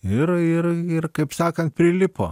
ir ir ir kaip sakant prilipo